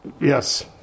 Yes